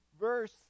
verse